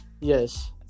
yes